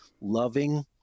loving